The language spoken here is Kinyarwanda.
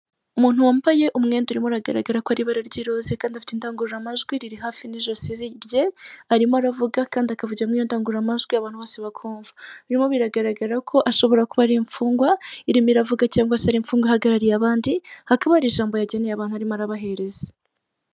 Umuntu wambaye umwenda urimo uragaragara ko ari ibara ry'iroze, kandi ifite indangururamajwi riri hafi n'ijosi rye, arimo aravuga kandi akavugira muri iyo ndangururamajwi abantu bose bakumva. Birimo biragaragara ko ashobora kuba ari imfungwa irimo iravuga cyangwa se ari imfunga ihagarariye abandi hakaba hari ijambo yageneye abantu arimo arabahereza.